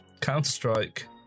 Counter-Strike